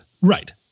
right